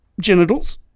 genitals